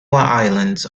islands